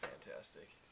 fantastic